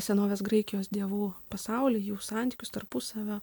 senovės graikijos dievų pasaulį jų santykius tarpusavio